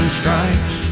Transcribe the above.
stripes